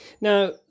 Now